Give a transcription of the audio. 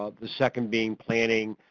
ah the second being planning,